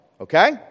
Okay